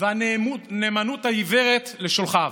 והנאמנות העיוורת לשולחיו.